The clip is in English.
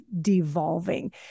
devolving